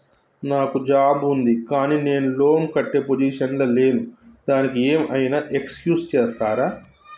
నాకు జాబ్ ఉంది కానీ నేను లోన్ కట్టే పొజిషన్ లా లేను దానికి ఏం ఐనా ఎక్స్క్యూజ్ చేస్తరా?